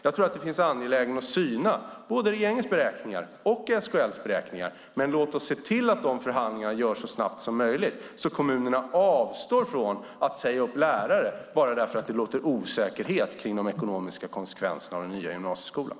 Jag tror att det finns anledning att syna både regeringens och SKL:s beräkningar, men låt oss se till att förhandlingarna sker så snabbt som möjligt, så att kommunerna avstår från att säga upp lärare bara för att det råder osäkerhet om konsekvenserna av den nya gymnasieskolan.